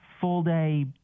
full-day